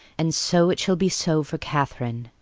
and so it shall be so for katherine.